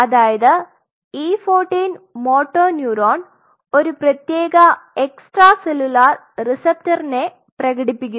അതായത് E14 motor neuron ഒരു പ്രത്യേക എക്സ്ട്രാ സെല്ലുലാർ റിസപ്റ്ററിനെ പ്രകടിപ്പിക്കുന്നു